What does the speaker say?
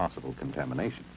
possible contamination